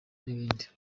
n’ibindi